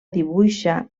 dibuixa